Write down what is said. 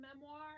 memoir